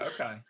Okay